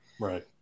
right